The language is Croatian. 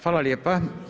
Hvala lijepa.